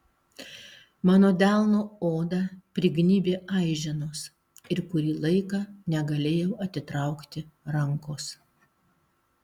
mano delno odą prignybė aiženos ir kurį laiką negalėjau atitraukti rankos